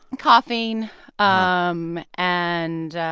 coughing um and,